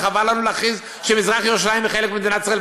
וחבל לנו להכריז שמזרח-ירושלים היא חלק ממדינת ישראל.